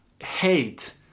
hate